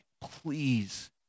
please